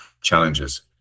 challenges